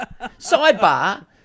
sidebar